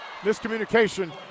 miscommunication